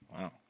Wow